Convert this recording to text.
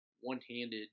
one-handed